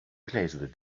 placed